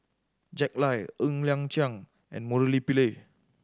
Jack Lai Ng Liang Chiang and Murali Pillai